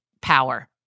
power